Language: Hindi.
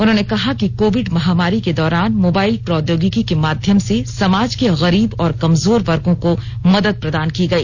उन्होंने कहा कि कोविड महामारी के दौरान मोबाइल प्रौद्योगिकी के माध्यम से समाज के गरीब और कमजोर वर्गो को मदद प्रदान की गई